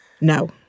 no